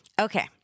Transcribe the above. Okay